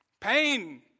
Pain